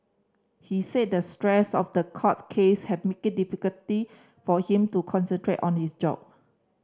he said the stress of the court case have made it difficulty for him to concentrate on his job